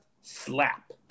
Slap